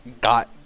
got